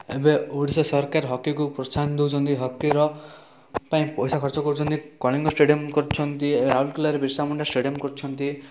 ଏବେ ଓଡ଼ିଆ ସରକାର ହକିକୁ ପ୍ରୋତ୍ସାହନ ଦେଉଛନ୍ତି ହକିର ପାଇଁ ପଇସା ଖର୍ଚ୍ଚ କରୁଛନ୍ତି କଳିଙ୍ଗ ଷ୍ଟାଡ଼ିୟମ୍ କରିଛନ୍ତି ଓ ରାଉଲକେଲାରେ ବିର୍ସାମୁଣ୍ଡା ଷ୍ଟାଡ଼ିୟମ୍ କରିଛନ୍ତି